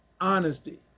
honesty